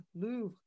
Louvre